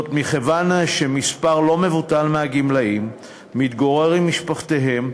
מכיוון שמספר לא מבוטל מהגמלאים מתגוררים עם משפחותיהם,